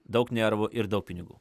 daug nervų ir daug pinigų